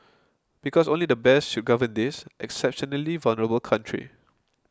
because only the best should govern this exceptionally vulnerable country